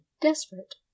desperate